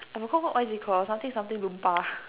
I forgot what what is it called something something Loompa